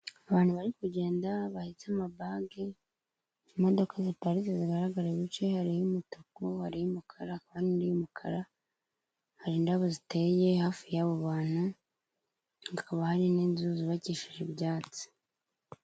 Abantu bari kugenda bahetse amabage, imodoka ziparitse zigaragara ibice hari y'umutuku, hari iy'umukara hari n'indi y'umukara, hari indabo ziteye hafi y'abo bantu hakaba hari n'inzu zubakishije ibyatsi.